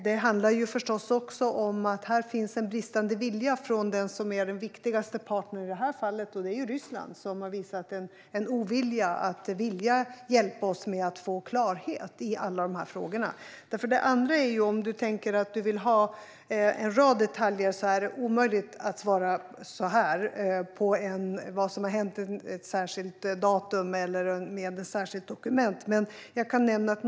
Det handlar också om att det finns en bristande vilja hos den viktigaste parten, alltså Ryssland, som har visat en ovilja att hjälpa oss att få klarhet i alla dessa frågor. Om Mikael Oscarsson däremot vill ha svar på en rad detaljer är det omöjligt för mig att svara här. Jag kan inte här och nu säga vad som har hänt på ett särskilt datum eller med ett särskilt dokument.